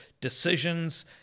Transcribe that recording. decisions